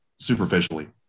superficially